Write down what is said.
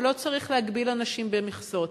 ולא צריך להגביל אנשים במכסות.